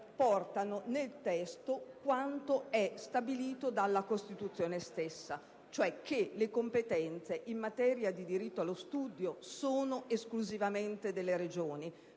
portano nel testo quanto stabilito dalla Costituzione stessa, vale a dire che le competenze in materia di diritto allo studio sono esclusivamente delle Regioni.